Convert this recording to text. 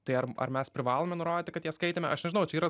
tai ar ar mes privalome nurodyti kad ją skaitėme aš nežinau čia yra